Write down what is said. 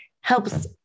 helps